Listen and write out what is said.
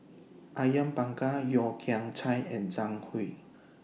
Awang Bakar Yeo Kian Chai and Zhang Hui